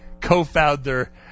co-founder